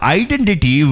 identity